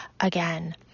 again